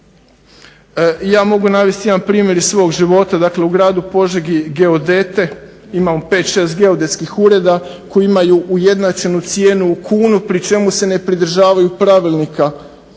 Ja mogu navesti jedan primjer iz svog života. U gradu POžegi geodete imamo 5, 6 geodetskih ureda koji imaju ujednačenu cijenu u kunu pri čemu se ne pridržavaju pravilnika o